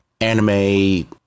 anime